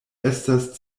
estas